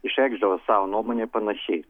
išreikšdavo savo nuomonę ir panašiai